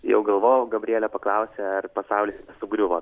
jau gavojau gabriele paklausi ar pasaulis sugriuvo